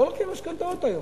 לא לוקחים משכנתאות היום.